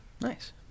Nice